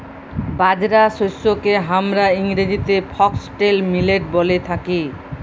বাজরা শস্যকে হামরা ইংরেজিতে ফক্সটেল মিলেট ব্যলে থাকি